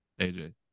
AJ